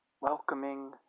welcoming